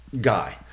guy